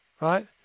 right